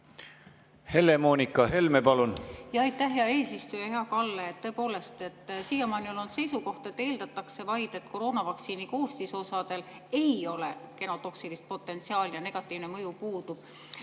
Helle-Moonika Helme, palun! Aitäh, hea eesistuja! Hea Kalle! Tõepoolest, siiamaani on olnud seisukoht, et eeldatakse vaid, et koroonavaktsiini koostisosadel ei ole genotoksilist potentsiaali ja negatiivne mõju puudub.